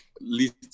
least